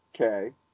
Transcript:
Okay